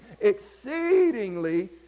exceedingly